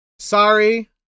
sorry